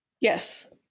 Yes